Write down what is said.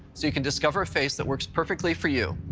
so you can discover a face that works perfectly for you.